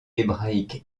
hébraïque